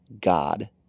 God